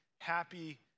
happy